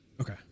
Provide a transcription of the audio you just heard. Okay